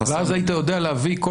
ואז היית יודע להביא כל